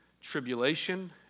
tribulation